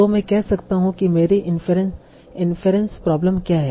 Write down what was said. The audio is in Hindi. तो मैं कह सकता हूं कि मेरी इन्फेरेंस प्रॉब्लम क्या है